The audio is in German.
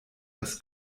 das